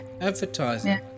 advertising